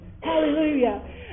Hallelujah